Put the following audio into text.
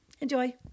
Enjoy